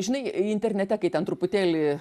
žinai internete kai ten truputėlį